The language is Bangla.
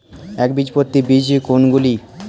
একবীজপত্রী বীজ কোন গুলি?